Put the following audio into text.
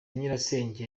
nyirasenge